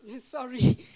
Sorry